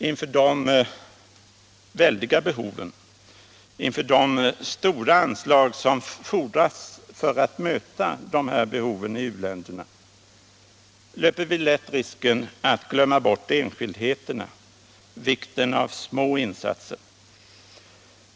Inför de väldiga behoven, inför de stora anslag som fordras för att möta de här behoven i u-länderna löper vi lätt risken att glömma bort enskildheterna, vikten av små insatser.